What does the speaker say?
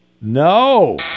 No